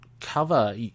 cover